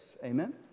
Amen